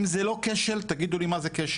אם זה לא כשל, אז תגידו לי מה זה כשל.